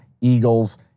Eagles